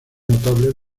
notables